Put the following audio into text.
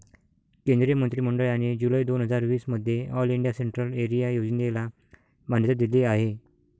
केंद्रीय मंत्रि मंडळाने जुलै दोन हजार वीस मध्ये ऑल इंडिया सेंट्रल एरिया योजनेला मान्यता दिली आहे